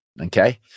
okay